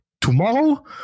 Tomorrow